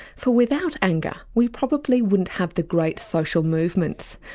for without anger we probably wouldn't have the great social movements.